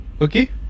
Okay